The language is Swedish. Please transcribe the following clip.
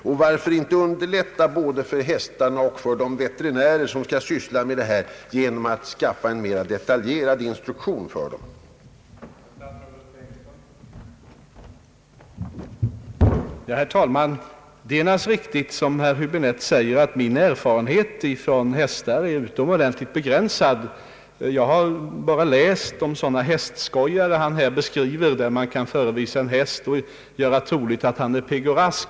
Varför kan man inte underlätta för de veterinärer, som skall syssla med dessa arbetsuppgifter, genom att utfärda en mera detaljerad instruktion av det slag jag här anfört?